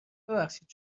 ببخشید